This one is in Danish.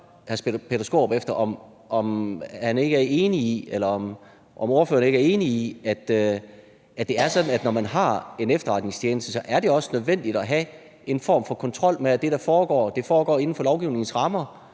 hr. Peter Skaarup, om han ikke er enig i, at det er sådan, at når man har en efterretningstjeneste, så er det også nødvendigt at have en form for kontrol med, at det, der foregår, foregår inden for lovgivningens rammer,